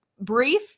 brief